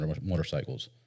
motorcycles